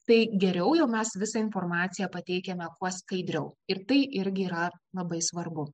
tai geriau jau mes visą informaciją pateikiame kuo skaidriau ir tai irgi yra labai svarbu